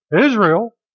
Israel